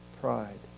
pride